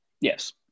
Yes